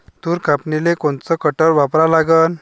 तूर कापनीले कोनचं कटर वापरा लागन?